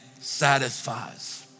satisfies